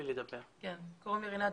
אני רינת